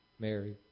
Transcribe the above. Mary